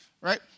Right